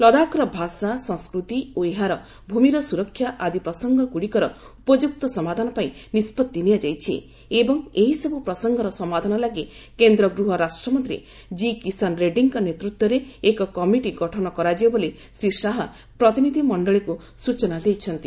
ଲଦାଖର ଭାଷା ସଂସ୍କୃତି ଓ ଏହାର ଭୂମିର ସ୍ତରକ୍ଷା ଆଦି ପ୍ରସଙ୍ଗଗଡ଼ିକର ଉପଯୁକ୍ତ ସମାଧାନ ପାଇଁ ନିଷ୍ପଭି ନିଆଯାଇଛି ଏବଂ ଏହିସବୃ ପ୍ରସଙ୍ଗର ସମାଧାନ ଲାଗି କେନ୍ଦ୍ର ଗୃହ ରାଷ୍ଟ୍ରମନ୍ତ୍ରୀ ଜି କିଷାନ ରେଡ୍ରୀଙ୍କ ନେତୃତ୍ୱରେ ଏକ କମିଟି ଗଠନ କରାଯିବ ବୋଲି ଶ୍ରୀ ଶାହା ପ୍ରତିନିଧି ମଞ୍ଚଳୀକୁ ସୂଚନା ଦେଇଛନ୍ତି